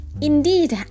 Indeed